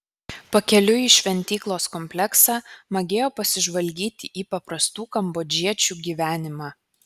pakeliui į šventyklos kompleksą magėjo pasižvalgyti į paprastų kambodžiečių gyvenimą